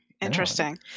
Interesting